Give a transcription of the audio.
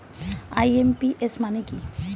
IMPS মানে কি?